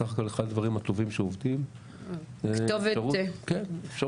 סך הכל אחד הדברים הטובים שעובדים זה אפשרות --- כתובת לבנות.